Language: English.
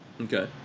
Okay